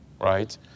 right